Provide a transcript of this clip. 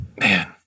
Man